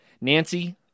Nancy